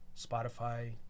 Spotify